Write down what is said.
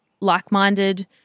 like-minded